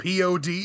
pod